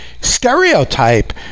stereotype